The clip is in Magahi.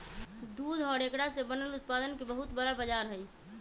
दूध और एकरा से बनल उत्पादन के बहुत बड़ा बाजार हई